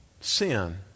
Sin